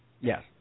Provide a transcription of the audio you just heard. Yes